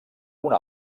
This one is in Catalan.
una